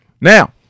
Now